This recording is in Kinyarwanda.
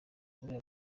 kubiha